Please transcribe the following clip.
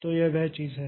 तो वह चीज है